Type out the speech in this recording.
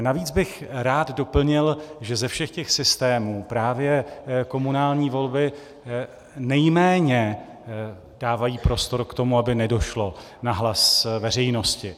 Navíc bych rád doplnil, že ze všech těch systémů právě komunální volby nejméně dávají prostor k tomu, aby nedošlo na hlas veřejnosti.